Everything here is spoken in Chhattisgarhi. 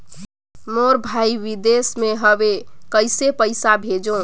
मोर भाई विदेश मे हवे कइसे पईसा भेजो?